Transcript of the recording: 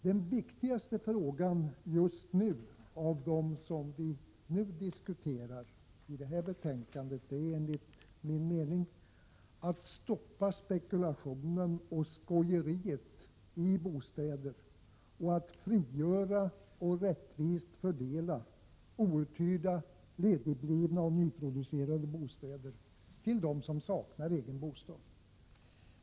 Den viktigaste åtgärden just nu, av dem vi diskuterar i detta betänkande, är enligt min mening att stoppa spekulationen och skojeriet i bostäder samt att frigöra och rättvist fördela outhyrda, ledigblivna och nyproducerade bostäder till dem som saknar egen bostad.